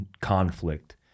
conflict